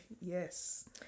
Yes